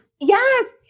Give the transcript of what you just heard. yes